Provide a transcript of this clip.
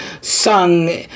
sung